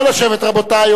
נא לשבת, רבותי.